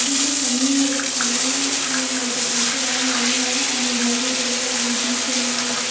ದುಡ್ಡು ಕಮ್ಮೀ ಕಮ್ಮಿನೊ ಯೂಸ್ ಮಾಡ್ಬೇಕಂತ ನಾನು ಅಲ್ಲಿ ಮಂಗ್ಳೂರಿಗೆ ಹೋಗಿದ್ದೆ ಅಲ್ಲಿ ಬೀಚಲ್ಲಿ